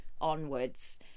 onwards